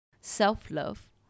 self-love